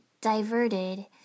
Diverted